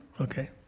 Okay